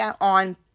on